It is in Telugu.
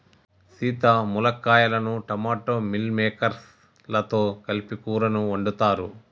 సీత మునక్కాయలను టమోటా మిల్ మిల్లిమేకేర్స్ లతో కలిపి కూరని వండుతారు